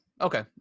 Okay